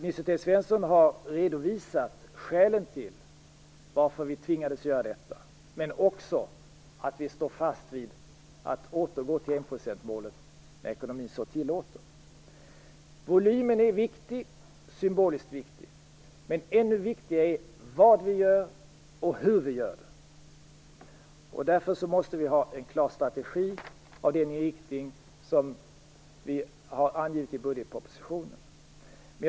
Nils T Svensson har redovisat skälen till att vi tvingades göra detta men också att vi står fast vid att återgå till enprocentsmålet när ekonomin så tillåter. Volymen är viktig, inte minst symboliskt, men ännu viktigare är vad vi gör och hur vi gör det. Därför måste vi ha en klar strategi med den inriktning som vi har angivit i budgetpropositionen.